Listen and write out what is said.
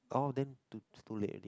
oh then too too late already what